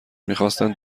میخواستند